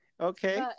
okay